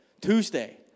Tuesday